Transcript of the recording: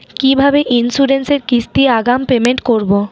কিভাবে ইন্সুরেন্স এর কিস্তি আগাম পেমেন্ট করবো?